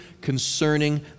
concerning